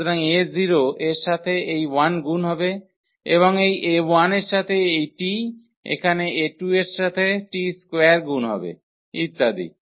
সুতরাং a0 এর সাথে এই 1 গুন হবে এবং এই a1 এর সাথে এই t এখানে a2 এর সাথে t2 গুন হবে ইত্যাদি